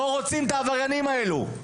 לא רוצים את העבריינים האלה.